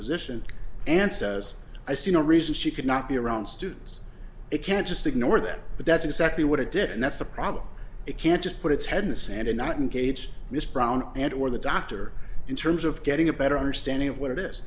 physician and says i see no reason she could not be around students it can't just ignore them but that's exactly what it did and that's the problem it can't just put its head in the sand and not engage miss brown and or the doctor in terms of getting a better understanding of what it is